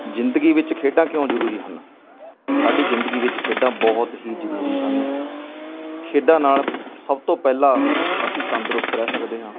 ਜ਼ਿੰਦਗੀ ਵਿੱਚ ਖੇਡਾਂ ਕਿਉਂ ਜ਼ਰੂਰੀ ਹਨ ਸਾਡੀ ਜ਼ਿੰਦਗੀ ਵਿੱਚ ਖੇਡਾਂ ਬਹੁਤ ਹੀ ਜ਼ਰੂਰੀ ਹਨ ਖੇਡਾਂ ਨਾਲ ਸਭ ਤੋਂ ਪਹਿਲਾ ਅਸੀਂ ਤੰਦਰੁਸਤ ਰਹਿ ਸਕਦੇ ਹਾਂ